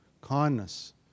kindness